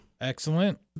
Excellent